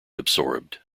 absorbed